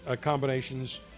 combinations